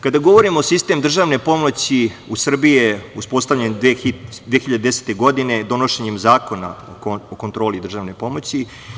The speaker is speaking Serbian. Kada govorimo o tome, sistem državne pomoći je uspostavljen u Srbiji 2010. godine donošenjem Zakona o kontroli državne pomoći.